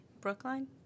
Brookline